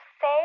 say